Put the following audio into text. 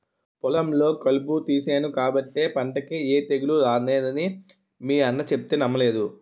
పొలంలో కలుపు తీసేను కాబట్టే పంటకి ఏ తెగులూ రానేదని మీ అన్న సెప్తే నమ్మలేదు